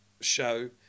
show